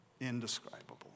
Indescribable